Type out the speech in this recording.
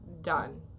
Done